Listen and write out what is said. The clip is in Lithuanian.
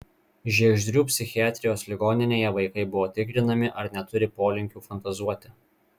žiegždrių psichiatrijos ligoninėje vaikai buvo tikrinami ar neturi polinkių fantazuoti